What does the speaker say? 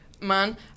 man